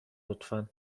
لطفا